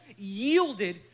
yielded